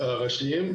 הראשיים,